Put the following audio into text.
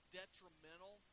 detrimental